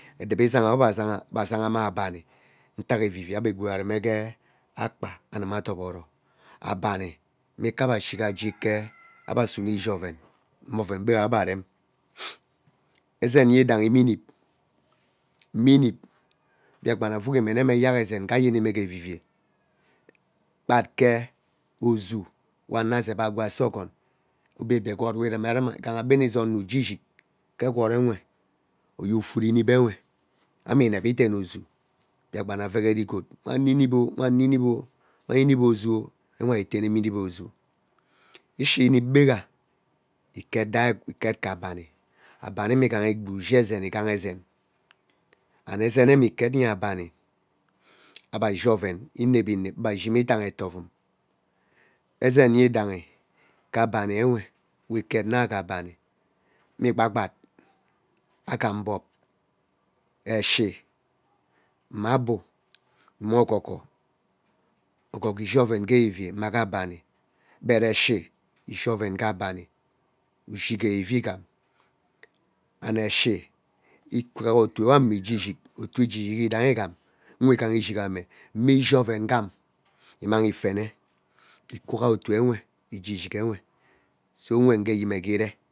edubo izagha we ebe azagha ebe azagha me abani utak evivei ebe gwood arume rei akpaa aruma adoboro abani me ike ebe usume ishi oven mme oven gweegha ebe arem ezen yedaihi mme ineep mme imeep biakpan avuki me mme eyak ezen gee gyeme gee evivei kpat ke ozoo we ano azepvi agwee asee ogoom vuma igha gbeneza ono gee ishig ke egwood uwe gee fee ineep nwe ama mevi iden ozoo biakpan avegere igot wana ineep wama ineep wara ineep ozoo nwe erei teneme ineep ozo ishi ineep gweeghe iket dai iket ke abni, abni me igha igbi ushi ezen igha and ezeneme iket nye abani ebe ashi oven inevi inep ebe shime idaiha etovem ezen yedaihi we ket mma gee abani igwa gwat, akam mbog eshi, mmabu mma ugogo. ugogo ishi oven gee evivei amage abami but eshi ishi oven gee abani but ashi ishi oven gee abani ushi evivei igham and eshi ikwu otu ewame gee ishik otu we gee ishia yidai igham mme igha ishik ame. Ama ishi oven gham iniang ivene ikwugha igee ishik enwe so enwe gee yime gha iree